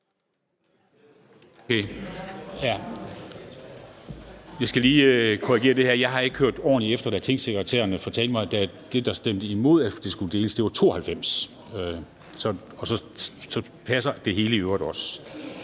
Jeg skal lige korrigere det her. Jeg har ikke hørt ordentlig efter, da tingsekretærerne fortalte mig, at det var 92, der stemte imod, at lovforslaget skulle deles. Og så passer det hele i øvrigt også.